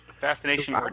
fascination